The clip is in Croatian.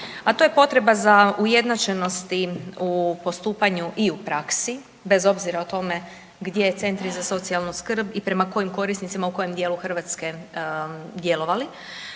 a to je potreba za ujednačenost u postupanju i u praksi bez obzira o tome gdje centri za socijalnu skrb i prema kojim korisnicima u kojem dijelu Hrvatske djelovali.